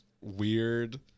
weird